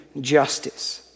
justice